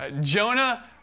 Jonah